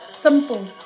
Simple